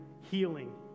healing